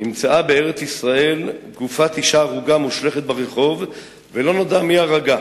נמצאה בארץ-ישראל גופת אשה הרוגה מושלכת ברחוב ולא נודע מי הרגה.